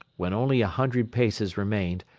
when only a hundred paces remained,